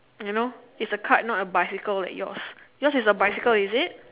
you know is a cart not a bicycle like yours yours is a bicycle is it